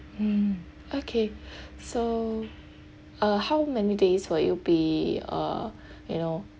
hmm okay so uh how many days will you be uh you know